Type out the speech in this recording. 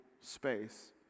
space